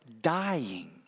dying